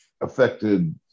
affected